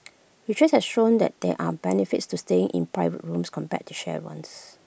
research has shown that there are benefits to staying in private rooms compared to shared ones